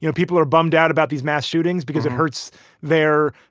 you know people are bummed out about these mass shootings because it hurts their,